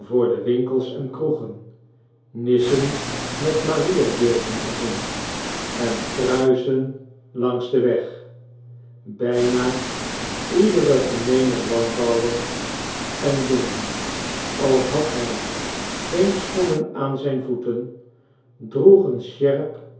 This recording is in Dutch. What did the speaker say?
de winkels en kroegen nissen met mariabeelden er in en kruisen langs den weg bijna iedere gemeene landbouwer en jongen al had hij geen schoeneja aan zijn voeten